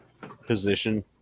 position